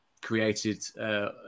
created